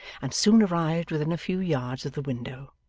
and soon arrived within a few yards of the window.